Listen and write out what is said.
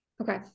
Okay